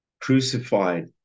crucified